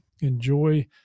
enjoy